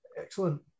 Excellent